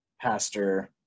pastor